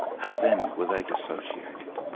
how then were they dissociated?